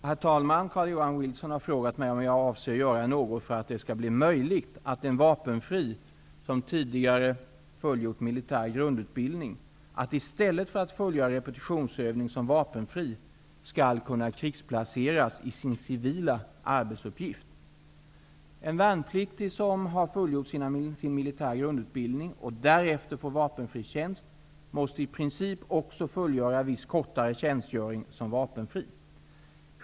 Herr talman! Carl-Johan Wilson har frågat mig om jag avser att göra något för att det skall bli möjligt för en vapenfri -- som tidigare fullgjort militär grundutbildning -- att i stället för att fullgöra repetitionsövning som vapenfri skall kunna krigsplaceras i sin civila arbetsuppgift. En värnpliktig som har fullgjort sin militära grundutbildning och därefter får vapenfri tjänst måste i princip också fullgöra viss kortare tjänstgöring som vapenfri.